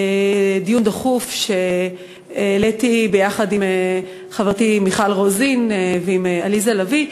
דיון דחוף שהעליתי ביחד עם חברתי מיכל רוזין ועם עליזה לביא,